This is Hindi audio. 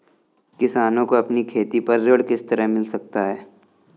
किसानों को अपनी खेती पर ऋण किस तरह मिल सकता है?